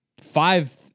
five